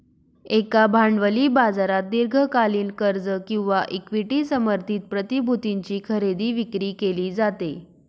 एका भांडवली बाजारात दीर्घकालीन कर्ज किंवा इक्विटी समर्थित प्रतिभूतींची खरेदी विक्री केली जाते